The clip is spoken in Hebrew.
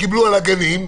הגנים,